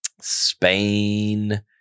Spain